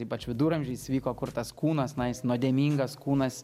ypač viduramžiais vyko kur tas kūnas na jis nuodėmingas kūnas